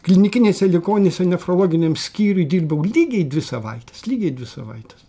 klinikinėse ligonėse nefrologiniam skyriuj dirbau lygiai dvi savaites lygiai dvi savaites